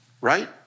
Right